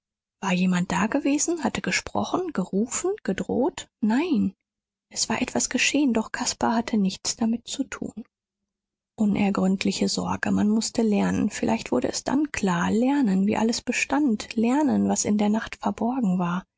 war jemand dagewesen hatte gesprochen gerufen gedroht nein es war etwas geschehen doch caspar hatte nichts damit zu tun unergründliche sorge man mußte lernen vielleicht wurde es dann klar lernen wie alles bestand lernen was in der nacht verborgen war